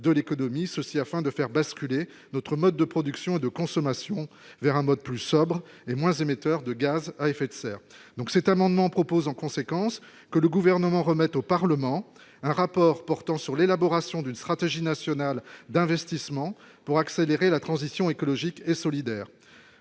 de l'économie, ceci afin de faire basculer notre mode de production et de consommation vers un mode plus sobres et moins émetteurs de gaz à effet de serre donc cet amendement propose en conséquence que le Gouvernement remette au Parlement un rapport portant sur l'élaboration d'une stratégie nationale d'investissement pour accélérer la transition écologique et solidaire,